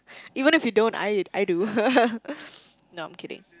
even if you don't I I do no I'm kidding